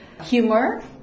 humor